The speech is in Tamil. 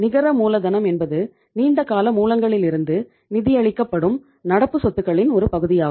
நிகர மூலதனம் என்பது நீண்ட கால மூலங்களிலிருந்து நிதியளிக்கப்படும் நடப்பு சொத்துகளின் ஒரு பகுதியாகும்